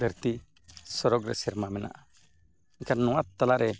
ᱫᱷᱟᱹᱨᱛᱤ ᱥᱚᱨᱚᱜᱽ ᱨᱮ ᱥᱮᱨᱢᱟ ᱢᱮᱱᱟᱜᱼᱟ ᱢᱮᱱᱠᱷᱟᱱ ᱱᱚᱣᱟ ᱛᱟᱞᱟᱨᱮ